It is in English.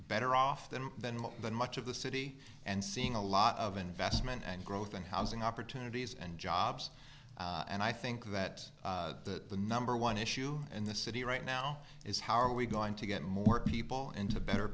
better off than then more than much of the city and seeing a lot of investment and growth and housing opportunities and jobs and i think that the number one issue in the city right now is how are we going to get more people into better